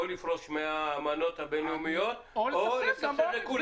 או לפרוש מהאמנות הבינלאומיות או לסבסד לכולם?